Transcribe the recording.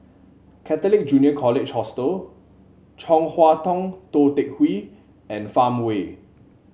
Catholic Junior College Hostel Chong Hua Tong Tou Teck Hwee and Farmway